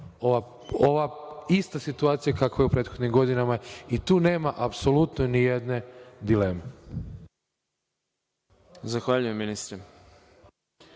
ova ista situacija kakva je u prethodnih nekoliko godina i tu nema apsolutno ni jedne dileme.